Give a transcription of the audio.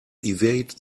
evade